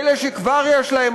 באלה שכבר יש להם,